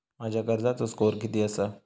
माझ्या कर्जाचो स्कोअर किती आसा?